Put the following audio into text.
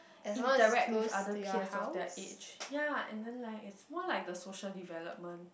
interact with other peers of their age ya and then like it's more like the social development